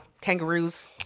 kangaroos